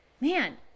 man